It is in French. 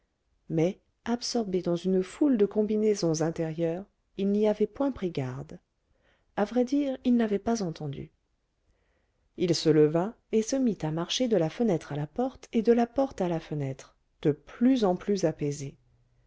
mais absorbé dans une foule de combinaisons intérieures il n'y avait point pris garde à vrai dire il n'avait pas entendu il se leva et se mit à marcher de la fenêtre à la porte et de la porte à la fenêtre de plus en plus apaisé